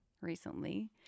recently